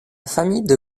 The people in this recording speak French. famille